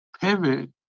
pivot